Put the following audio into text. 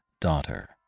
daughter